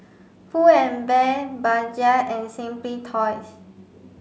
Pull and Bear Bajaj and Simply Toys